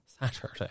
Saturday